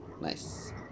Nice